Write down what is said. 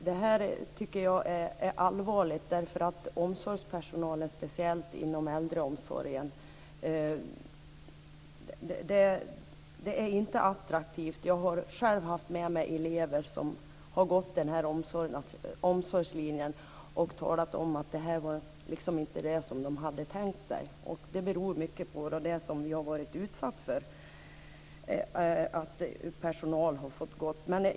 Det tycker jag är allvarligt. Vad gäller omsorgspersonal speciellt inom äldreomsorgen är det inte attraktivt. Jag har själv haft med mig elever som har gått omsorgslinjen och som har talat om att det inte var det de hade tänkt sig. Det beror mycket på det man har varit utsatt för och på att personal har fått gå.